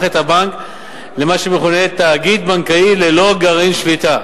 את הבנק למה שמכונה "תאגיד בנקאי ללא גרעין שליטה"